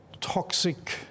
toxic